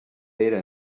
era